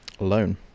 alone